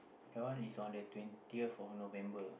that one is on the twentieth of November